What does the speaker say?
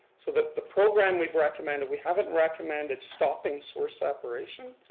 so that the program we've recommended, we haven't recommended stopping sewer separation.